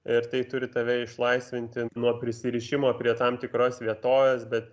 ir tai turi tave išlaisvinti nuo prisirišimo prie tam tikros vietovės bet